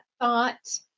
thought